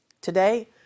Today